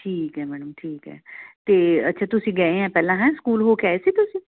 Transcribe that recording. ਠੀਕ ਹੈ ਮੈਡਮ ਠੀਕ ਹੈ ਅਤੇ ਅੱਛਾ ਤੁਸੀਂ ਗਏ ਆਂ ਪਹਿਲਾਂ ਹੈ ਸਕੂਲ ਹੋ ਗਏ ਸੀ ਤੁਸੀਂ